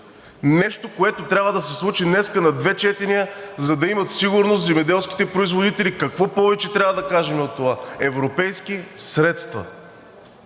Нещо, което трябва да се случи днес на две четения, за да имат сигурност земеделските производители – какво повече трябва да кажем от това? Европейски средства!